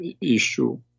issue